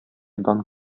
дан